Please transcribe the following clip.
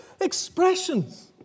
expressions